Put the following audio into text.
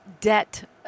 debt